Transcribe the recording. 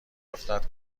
افتد